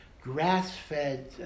grass-fed